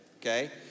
okay